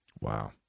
Wow